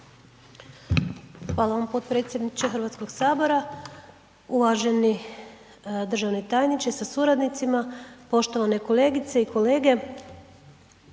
Hvala vam potpredsjedniče HS, uvaženi državni tajniče sa suradnicima, poštovane kolegice i kolege,